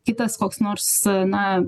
kitas koks nors na